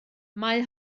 mae